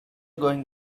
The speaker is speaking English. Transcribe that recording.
going